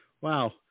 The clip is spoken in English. Wow